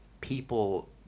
people